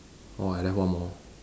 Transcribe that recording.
orh I left one more